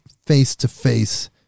face-to-face